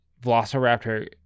Velociraptor